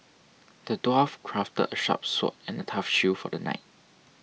the dwarf crafted a sharp sword and a tough shield for the knight